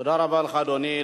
תודה, אדוני.